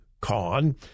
con